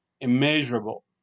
immeasurable